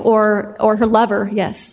or or her lover yes